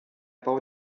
bau